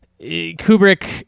kubrick